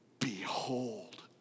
Behold